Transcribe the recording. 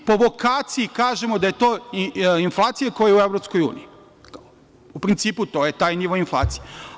I, po vokaciji kažemo da je to inflacija koja je u EU, u principu, to je taj nivo inflacije.